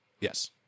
Yes